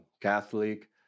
Catholic